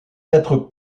être